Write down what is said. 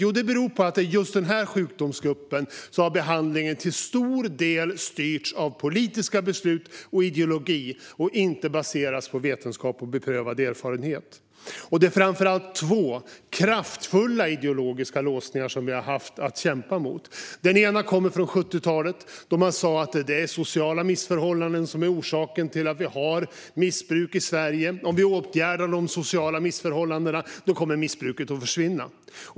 Jo, det beror på att just när det gäller denna sjukdomsgrupp har behandlingen till stor del styrts av politiska beslut och ideologi och inte baserats på vetenskap och beprövad erfarenhet. Det är framför allt två kraftfulla ideologiska låsningar som vi har haft att kämpa mot. Den ena kommer från 1970-talet. Då sa man att det är sociala missförhållanden som är orsaken till att vi har missbruk i Sverige och att om vi åtgärdar de sociala missförhållandena kommer missbruket att försvinna.